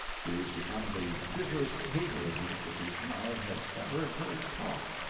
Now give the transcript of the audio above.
he was become the bitterest hater of the institution i had ever heard talk.